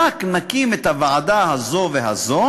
רק נקים את הוועדה הזאת והזאת